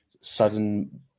sudden